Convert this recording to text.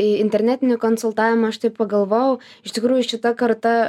į internetinį konsultavimą aš taip pagalvojau iš tikrųjų šita karta